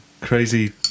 crazy